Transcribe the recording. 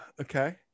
Okay